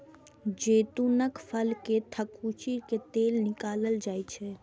जैतूनक फल कें थकुचि कें तेल निकालल जाइ छै